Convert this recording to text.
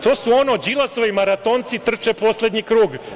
To je ono - Đilasovi maratonci trče poslednji krug.